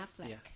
Affleck